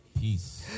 Peace